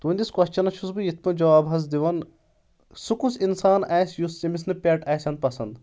تُہنٛدِس کوسچنس چھُس بہٕ یِتھ پٲٹھۍ جواب حظ دِوان سُہ کُس انسان آسہِ یُس ییٚمِس نہٕ پیٚٹ آسن پسنٛد